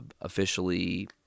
officially